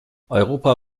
europa